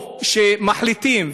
או שמחליטים,